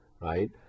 right